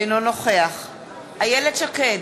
אינו נוכח איילת שקד,